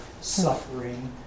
suffering